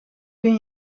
kun